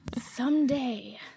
Someday